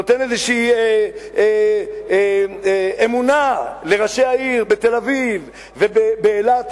נותן איזו אמונה לראשי העיר בתל-אביב ובאילת.